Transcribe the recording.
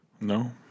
No